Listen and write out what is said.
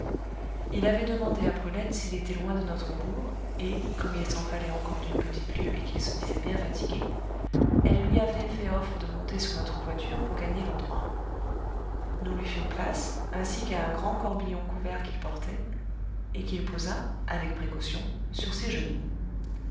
il avait demandé à brulette s'il était loin de notre bourg et comme il s'en fallait encore d'une petite lieue et qu'il se disait bien fatigué elle lui avait fait offre de monter sur notre voiture pour gagner l'endroit nous lui fîmes place ainsi qu'à un grand corbillon couvert qu'il portait et qu'il posa avec précaution sur ses genoux